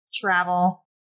travel